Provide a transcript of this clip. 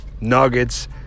nuggets